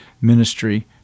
ministry